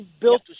built